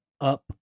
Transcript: up